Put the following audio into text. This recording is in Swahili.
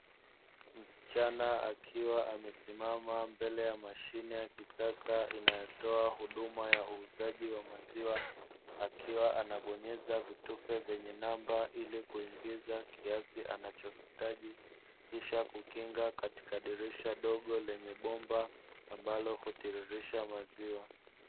Msichana akiwa amesimama mbele ya mashine ya kisasa inayotoa huduma ya uuzaji wa maziwa, akiwa anabonyeza vitufe vyenye namba ili kuingiza kiasi anachohitaji kisha kukinga katika dirisha dogo lenye bomba ambalo hutelirisha maziwa.